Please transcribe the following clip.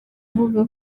avuga